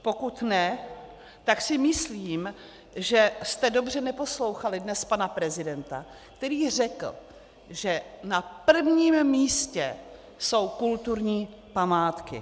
Pokud ne, tak si myslím, že jste dobře neposlouchali dnes pana prezidenta, který řekl, že na prvním místě jsou kulturní památky.